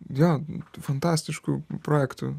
jo fantastiškų projektų